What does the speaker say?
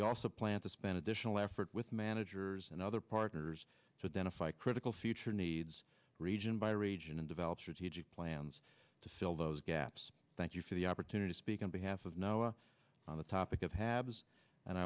we also plan to spend additional effort with managers and other partners so then if i critical future needs region by region and develop strategic plans to fill those gaps thank you for the opportunity to speak on behalf of noah on the topic of halves and